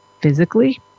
physically